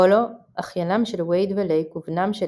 פולו – אחיינם של וייד ולייק ובנם של